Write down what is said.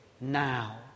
now